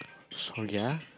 sorry ah